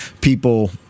people